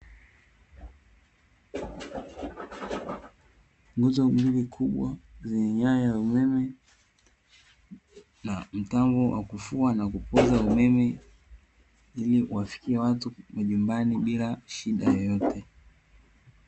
Nguzo mbili kubwa zenye nyaya za umeme na mtambo wa kufua na kupooza umeme, ili kuwafikia watu majumbani bila shida yeyote.